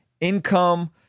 income